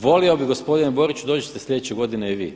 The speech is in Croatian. Volio bih gospodine Boriću, dođite sljedeće godine i vi.